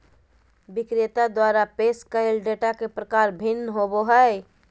विक्रेता द्वारा पेश कइल डेटा के प्रकार भिन्न होबो हइ